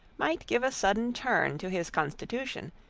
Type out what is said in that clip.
might give a sudden turn to his constitution,